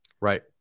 Right